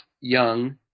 Young